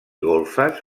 golfes